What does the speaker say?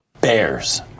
Bears